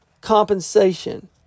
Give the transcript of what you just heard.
compensation